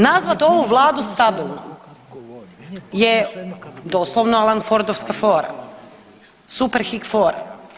Nazvat ovu vladu stabilnom je doslovno Alan Fordovska fora, Superhik fora.